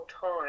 time